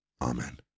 Amen